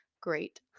great